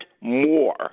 more